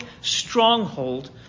stronghold